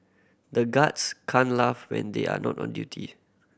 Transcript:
the guards can't laugh when they are not on duty